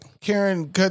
Karen